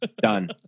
Done